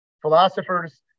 philosophers